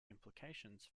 implications